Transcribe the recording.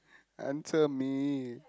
answer me